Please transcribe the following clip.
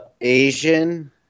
Asian